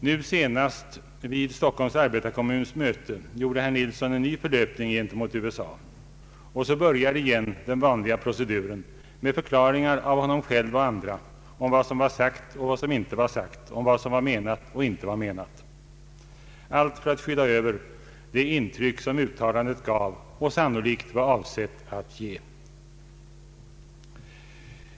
Nu senast vid Stockholms arbetarekommuns möte gjorde herr Nilsson en ny förlöpning gentemot USA, och så börjar igen den vanliga proceduren med förklaringar av honom själv och andra om vad som har sagts och inte har sagts, om vad som är menat och inte är menat — allt för att skyla över de intryck som uttalandet gav och sannolikt var avsett att ge.